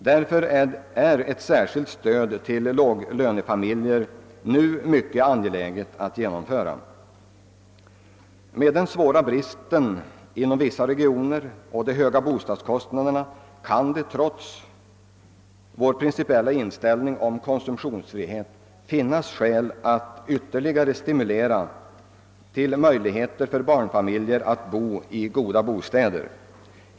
Därför är ett särskilt stöd till låglönefamiljer nu en mycket angelägen sak. Med den svåra bostadsbristen inom vissa regioner och de höga bostadskostnaderna kan det trots vår principiella inställning om konsumtionsfrihet finnas skäl att ytterligare förbättra möjligheterna för barnfamiljerna att bo i goda bostäder.